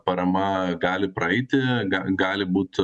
parama gali praeiti ga gali būt